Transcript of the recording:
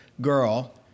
girl